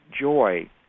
joy